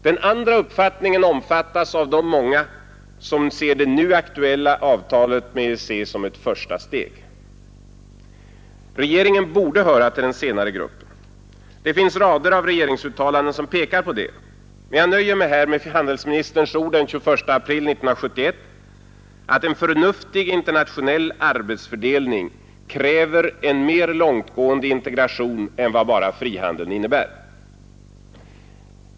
Den andra uppfattningen omfattas av de många som ser det nu aktuella avtalet med EEC som ett första steg. Regeringen borde höra till den senare gruppen. Det finns rader av regeringsuttalanden som pekar på det. Jag nöjer mig emellertid här med handelsministerns ord den 21 april 1971, att en förnuftig internationell arbetsfördelning kräver en mer långtgående integration än vad bara frihandeln innebär.